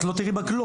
את לא תראי בה כלום.